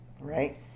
right